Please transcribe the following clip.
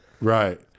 Right